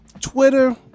Twitter